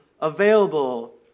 available